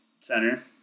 center